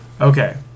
Okay